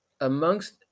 amongst